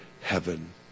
heaven